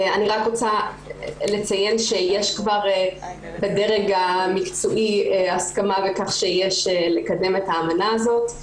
אני רוצה לציין שיש כבר בדרג המקצועי הסכמה לכך שיש לקדם את האמנה הזאת.